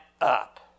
up